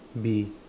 bee